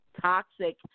toxic